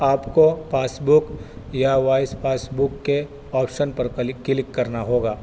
آپ کو passbook یا وائس پاس بک کے آپشن پر کل کلک کرنا ہوگا